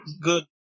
Good